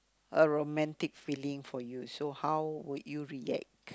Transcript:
a romantic feeling for you so how would you react